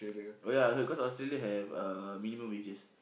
oh ya I heard cause Australia have uh minimum wages